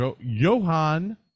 Johann